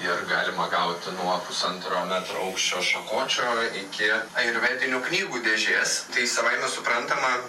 ir galima gauti nuo pusantro metro aukščio šakočio iki ajurvedinių knygų dėžės tai savaime suprantama